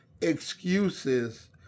Excuses